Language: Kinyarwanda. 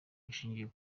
bushingiye